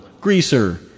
Greaser